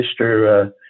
Mr